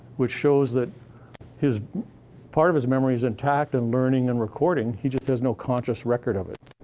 which shows that his part of his memory's intact and learning and recording, he just has no conscious record of it,